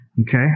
Okay